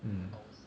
mm